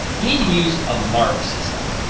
use a mark system.